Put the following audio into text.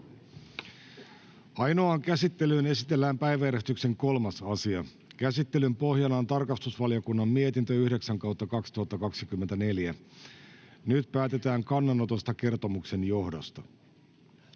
Ainoaan käsittelyyn esitellään päiväjärjestyksen 3. asia. Käsittelyn pohjana on tarkastusvaliokunnan mietintö TrVM 9/2024 vp. Nyt päätetään kannanotosta kertomuksen johdosta.